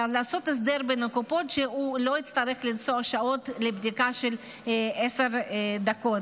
לעשות הסדר בין הקופות שהוא לא יצטרך לנסוע שעות לבדיקה של עשר דקות.